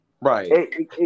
Right